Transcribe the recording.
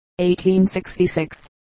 1866